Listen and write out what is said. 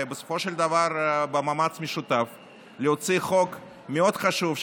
ובסופו של דבר במאמץ משותף הוצאנו חוק חשוב מאוד,